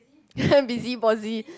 busybody